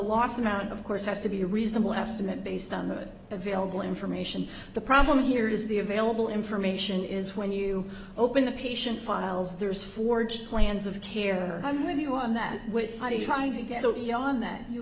last amount of course has to be a reasonable estimate based on the available information the problem here is the available information is when you open the patient files there's forge plans of care i'm with you on that with heidi trying to get so beyond that you